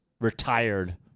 retired